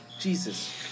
Jesus